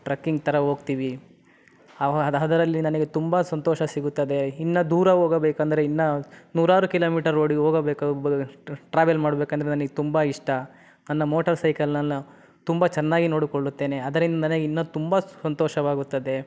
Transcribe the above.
trekking ಥರ ಹೋಗ್ತೀವಿ ಅವಾಗ ಅದು ಅದರಲ್ಲಿ ನನಗೆ ತುಂಬ ಸಂತೋಷ ಸಿಗುತ್ತದೆ ಇನ್ನೂ ದೂರ ಹೋಗಬೇಕಂದರೆ ಇನ್ನೂ ನೂರಾರು ಕಿಲೋಮೀಟರ್ ರೋಡಿಗೆ ಹೋಗಬೇಕಾಗ್ಬಹುದು ಟ್ರಾವೆಲ್ ಮಾಡಬೇಕೆಂದ್ರೆ ನನಗ್ ತುಂಬ ಇಷ್ಟ ನನ್ನ ಮೋಟರ್ ಸೈಕಲ್ನನ್ನು ತುಂಬ ಚೆನ್ನಾಗಿ ನೋಡಿಕೊಳ್ಳುತ್ತೇನೆ ಅದರಿಂದ ನನಗ್ ಇನ್ನೂ ತುಂಬ ಸಂತೋಷವಾಗುತ್ತದೆ